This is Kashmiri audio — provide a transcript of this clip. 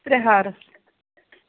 ترٛےٚ ہارس